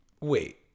Wait